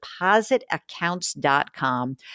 depositaccounts.com